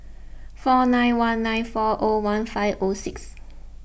four nine one nine four O one five O six